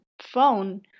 phone